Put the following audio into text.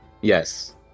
Yes